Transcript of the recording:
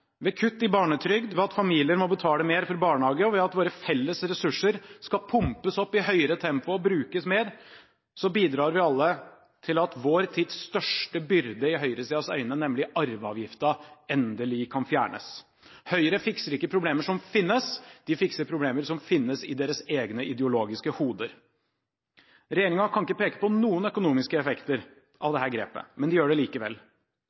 ved at familier må betale mer for en barnehageplass. Og ved at våre felles ressurser skal pumpes opp i et høyere tempo og brukes mer, bidrar vi alle til at vår tids største byrde i høyresidens øyne, nemlig arveavgiften, endelig kan fjernes. Høyre fikser ikke problemer som finnes; de fikser problemer som finnes i deres egne ideologiske hoder. Regjeringen kan ikke peke på noen økonomiske effekter av dette grepet, men de gjør det likevel,